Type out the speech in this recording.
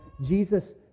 Jesus